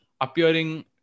appearing